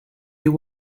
you